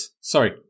Sorry